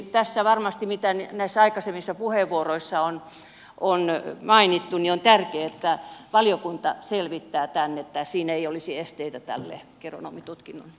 tässä varmasti mitä näissä aikaisemmissa puheenvuoroissa on mainittu on tärkeätä että valiokunta selvittää tämän että siinä ei olisi esteitä tälle geronomitutkinnon jatkolle